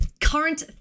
current